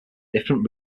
different